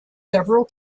several